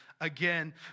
again